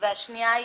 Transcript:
והשנייה,